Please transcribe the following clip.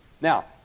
Now